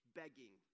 begging